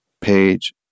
page